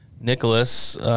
Nicholas